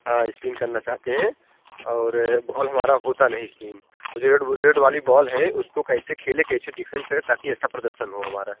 हाँ स्पिन करना चाहते हैं और बॉल हमारा होता नहीं स्पिन रेड बाॅ रेड वाली बॉल है उसको कैसे खेले कैसे डिफेंस करे ताकि अच्छा प्रदर्शन हो हमारा